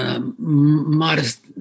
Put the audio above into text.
Modest